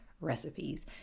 recipes